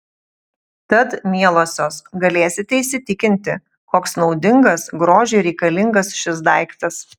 tad mielosios galėsite įsitikinti koks naudingas grožiui reikalingas šis daiktas